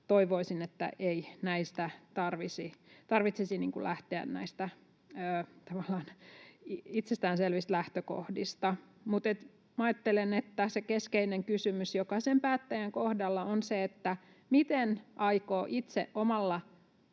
toivoisin, että ei tarvitsisi lähteä näistä tavallaan itsestäänselvistä lähtökohdista. Ajattelen, että se keskeinen kysymys jokaisen päättäjän kohdalla on se, miten aikoo itse omalla